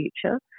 future